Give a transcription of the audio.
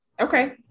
Okay